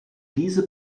diese